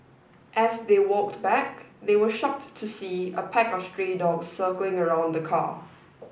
as they walked back they were shocked to see a pack of stray dogs circling around the car